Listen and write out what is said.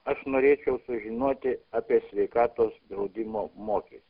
aš norėčiau sužinoti apie sveikatos draudimo mokestį